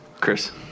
Chris